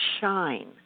shine